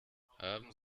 haben